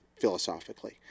philosophically